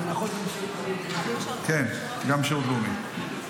כן, גם לשירות לאומי.